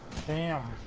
cam